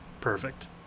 perfect